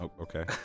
Okay